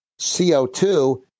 CO2